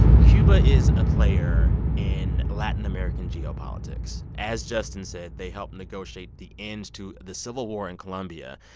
cuba is a player in latin american geopolitics. as justin said, they helped negotiate the ends to the civil war in colombia.